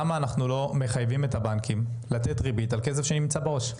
למה אנחנו לא מחייבים את הבנקים לתת ריבית על כסף שנמצא בעו"ש?